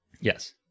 Yes